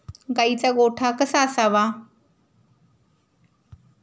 गाईचा गोठा कसा असावा?